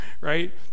right